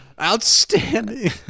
outstanding